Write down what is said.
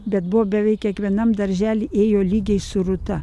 bet buvo beveik kiekvienam daržely ėjo lygiai su rūta